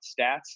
stats